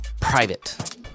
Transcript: private